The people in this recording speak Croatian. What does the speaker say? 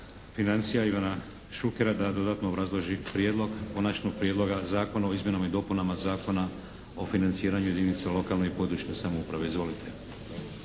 financija Ivana Šukera da dodatno obrazloži Prijedlog konačnog prijedloga zakona o izmjenama i dopunama Zakona o financiranju jedinica lokalne i područne samouprave. Izvolite.